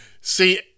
see